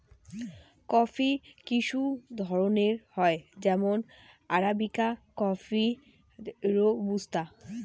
coffee কিসু ধরণের হই যেমন আরাবিকা কফি, রোবুস্তা